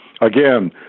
again